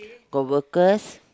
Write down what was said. got workers